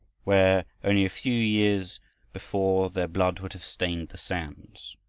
where, only a few years before, their blood would have stained the sands.